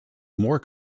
more